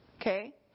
Okay